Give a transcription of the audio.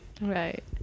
Right